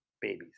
babies